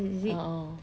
a'ah